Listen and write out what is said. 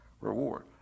reward